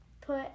put